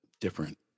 different